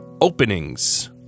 openings